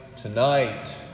tonight